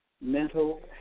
mental